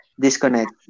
disconnect